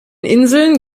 inseln